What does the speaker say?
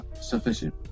sufficient